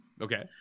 Okay